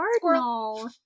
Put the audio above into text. cardinal